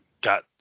got